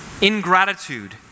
Ingratitude